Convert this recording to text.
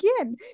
again